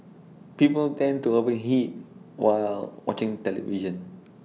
people tend to over eat while watching television